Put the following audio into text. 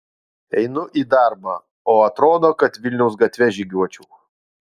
einu į darbą o atrodo kad vilniaus gatve žygiuočiau